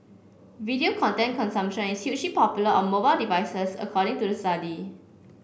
video content consumption is huge popular on mobile devices according to the study